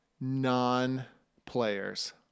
non-players